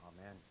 Amen